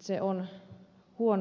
se on huono juttu